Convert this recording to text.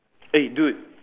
eh dude